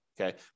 Okay